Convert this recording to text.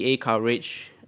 coverage